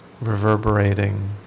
reverberating